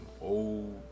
old